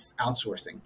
outsourcing